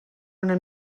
una